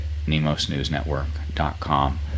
nemosnewsnetwork.com